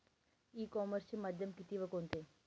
E कॉमर्सचे माध्यम किती व कोणते?